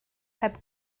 heb